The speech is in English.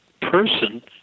person